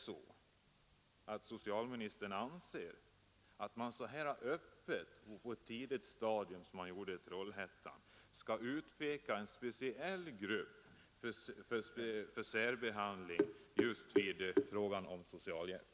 Anser socialministern att man så här öppet och på ett tidigt stadium, som man gjorde i Trollhättan, skall utpeka en speciell grupp för särbehandling just i fråga om socialhjälp?